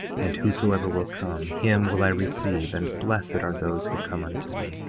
and whosoever will come, him will i receive and blessed are those who come unto me.